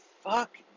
fuck